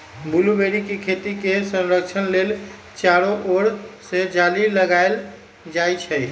blueberry के खेती के संरक्षण लेल चारो ओर से जाली लगाएल जाइ छै